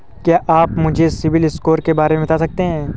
क्या आप मुझे सिबिल स्कोर के बारे में बता सकते हैं?